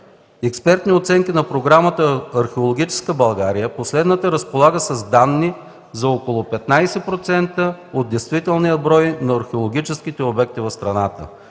експертни оценки на програмата „Археологическа България”, последната разполага с данни за около 15% от действителния брой на археологическите обекти в страната.